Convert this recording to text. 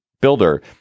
builder